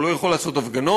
הוא לא יכול לעשות הפגנות,